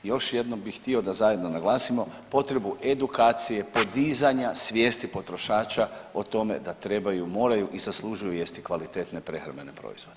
Još jednom bih htio da zajedno naglasimo potrebu edukacije podizanja svijesti potrošača o tome da trebaju i moraju i zaslužuju jesti kvalitetne prehrambene proizvode.